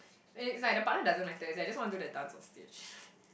it's like the partner doesn't matter I just want to do the dance onstage